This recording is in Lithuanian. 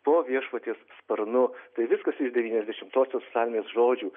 po viešpaties sparnu tai viskas iš devyniasdešimtosios psalmės žodžių